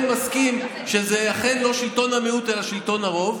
מסכים שזה אכן לא שלטון המיעוט אלא שלטון הרוב,